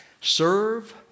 Serve